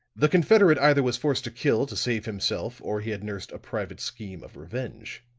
the confederate either was forced to kill to save himself, or he had nursed a private scheme of revenge.